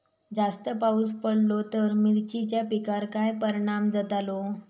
जास्त पाऊस पडलो तर मिरचीच्या पिकार काय परणाम जतालो?